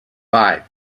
five